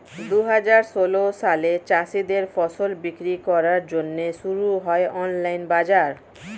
দুহাজার ষোল সালে চাষীদের ফসল বিক্রি করার জন্যে শুরু হয় অনলাইন বাজার